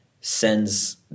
sends